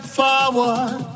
forward